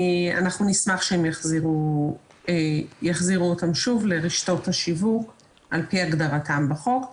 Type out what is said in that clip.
אנחנו נשמח שהם יחזירו את המכלים לרשתות השיווק על פי הגדרתם בחוק.